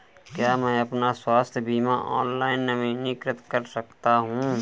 क्या मैं अपना स्वास्थ्य बीमा ऑनलाइन नवीनीकृत कर सकता हूँ?